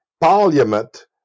parliament